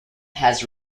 has